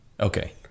Okay